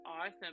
awesome